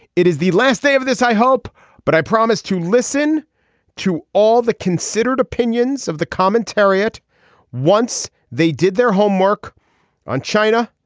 it is the last day of this i hope but i promise to listen to all the considered opinions of the commentary it once they did their homework on china.